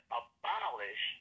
abolish